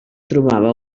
trobava